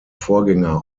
vorgänger